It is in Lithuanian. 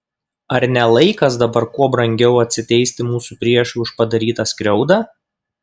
ar ne laikas dabar kuo brangiau atsiteisti mūsų priešui už padarytą skriaudą